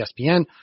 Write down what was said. ESPN